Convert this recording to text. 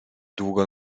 długo